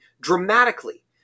dramatically